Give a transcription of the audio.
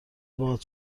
باهات